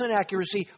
accuracy